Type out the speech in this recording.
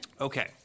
Okay